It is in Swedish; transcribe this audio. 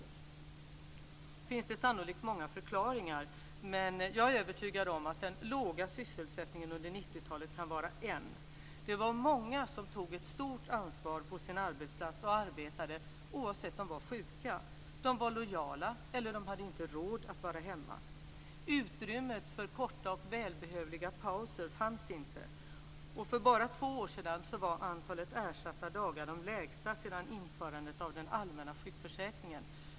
Det finns sannolikt många förklaringar, men jag är övertygad om att den låga sysselsättningen under 90-talet kan vara en. Det var många som tog ett stort ansvar på sin arbetsplats och arbetade oavsett om de var sjuka. De var lojala eller de hade inte råd att vara hemma. Utrymmet för korta och välbehövliga pauser fanns inte. För bara två år sedan var antalet ersatta dagar de lägsta sedan införandet av den allmänna sjukförsäkringen.